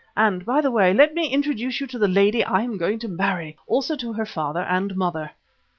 and, by the way, let me introduce you to the lady i am going to marry, also to her father and mother.